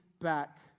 back